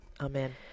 Amen